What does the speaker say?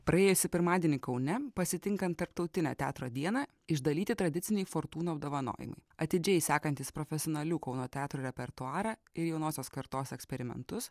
praėjusį pirmadienį kaune pasitinkant tarptautinę teatro dieną išdalyti tradiciniai fortūnų apdovanojimai atidžiai sekantys profesionalių kauno teatrų repertuarą ir jaunosios kartos eksperimentus